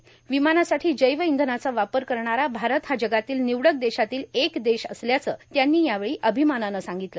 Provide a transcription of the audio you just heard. र्वमानासाठां जैव इंधनाचा वापर करणारा भारत हा जगातील र्वमवडक देशातील एक देश असल्याचं त्यांनी यावेळी र्आभमानानं सांगगतलं